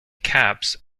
caps